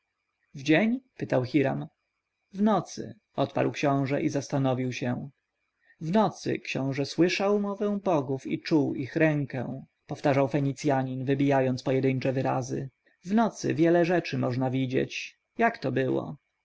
w dzień pytał hiram w nocy odparł książę i zastanowił się w nocy książę słyszał mowę bogów i czuł ich rękę powtarzał fenicjanin wybijając pojedyńcze wyrazy w nocy wiele rzeczy można widzieć jak to było